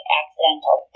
accidental